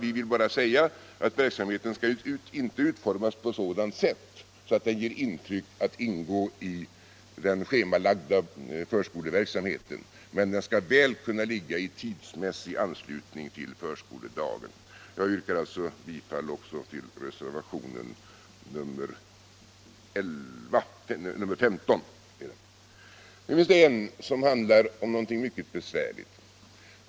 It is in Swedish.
Vi menar att verksamheten inte skall utformas på sådant sätt att den ger intryck av att ingå i den schemalagda förskoleverksamheten men att den skall kunna ligga i en tidsmässig anslutning till förskoledagen. Jag vrkar alltså bifall också till reservationen 15. Den andra reservationen handlar om någonting mycket besvärligt.